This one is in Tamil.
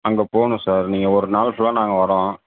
அங்கே போகணும் சார் நீங்கள் ஒரு நாள் ஃபுல்லாக நாங்கள் வரோம்